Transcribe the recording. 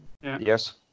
Yes